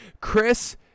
Chris